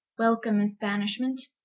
welcome is banishment,